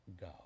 go